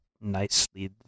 nicely